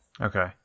Okay